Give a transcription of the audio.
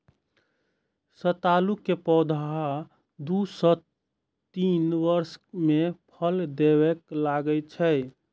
सतालू के पौधा दू सं तीन वर्ष मे फल देबय लागै छै